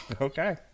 Okay